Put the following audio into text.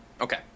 okay